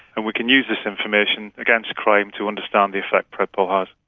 and we can use this information against crime to understand the effect predpol has.